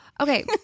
Okay